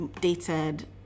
dated